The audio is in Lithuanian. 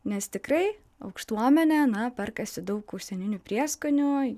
nes tikrai aukštuomenė na perkasi daug užsieninių prieskonių